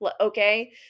okay